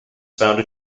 founded